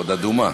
ועוד אדומה,